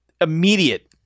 Immediate